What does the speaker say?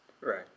right